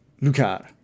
Lucar